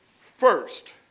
first